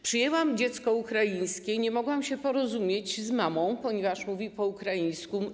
Przyjęłam dziecko ukraińskie, nie mogłam się porozumieć z mamą, ponieważ mówi po ukraińsku.